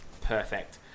Perfect